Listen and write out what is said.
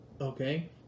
Okay